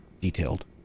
detailed